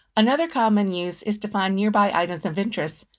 another common use is to find nearby items of interest,